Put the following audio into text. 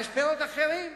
יש פירות אחרים,